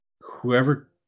whoever